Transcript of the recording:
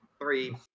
Three